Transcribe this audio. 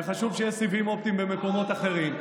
וחשוב שיהיו סיבים אופטיים במקומות אחרים.